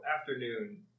afternoon